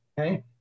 Okay